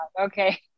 okay